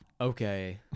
Okay